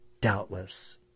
doubtless